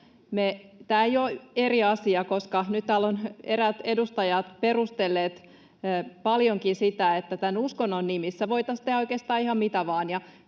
Tämä ei ole eri asia, koska nyt täällä ovat eräät edustajat perustelleet paljonkin sitä, että tämän uskonnon nimissä voitaisiin tehdä oikeastaan